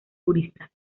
juristas